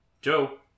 Joe